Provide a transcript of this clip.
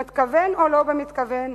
במתכוון או לא במתכוון,